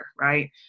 Right